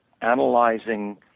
analyzing